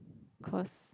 cause